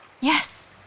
Yes